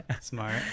Smart